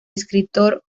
escritor